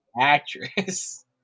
actress